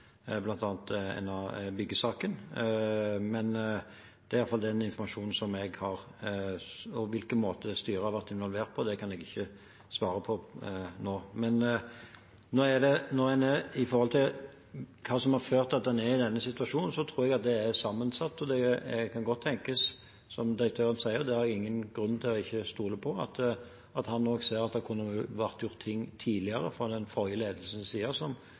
byggesaken, men det er iallfall den informasjonen jeg har. Hvilken måte styret har vært involvert på, kan jeg ikke svare på nå. Når det gjelder hva som har ført til at en er i denne situasjonen, tror jeg at det er sammensatt. Det kan godt tenkes, som direktøren sier – og det har jeg ingen grunn til ikke å stole på – at han også ser at det kunne vært gjort ting tidligere, fra den forrige ledelsens side,